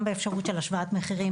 גם באפשרות של השוואת מחירים,